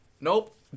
Nope